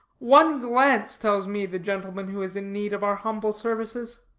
one glance tells me the gentleman who is in need of our humble services.